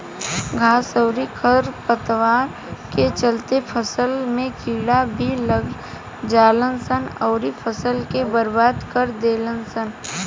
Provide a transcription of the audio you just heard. घास अउरी खर पतवार के चलते फसल में कीड़ा भी लाग जालसन अउरी फसल के बर्बाद कर देलसन